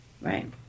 Right